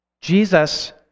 Jesus